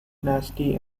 nasty